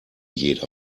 jeder